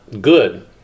good